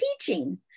teaching